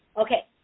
Okay